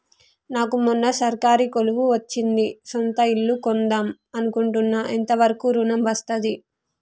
నాకు మొన్న సర్కారీ కొలువు వచ్చింది సొంత ఇల్లు కొన్దాం అనుకుంటున్నా ఎంత వరకు ఋణం వస్తది?